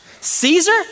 Caesar